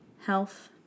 health